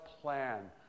plan